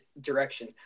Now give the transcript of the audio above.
direction